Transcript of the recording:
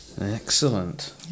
Excellent